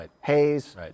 Hayes